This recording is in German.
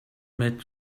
mit